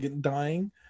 dying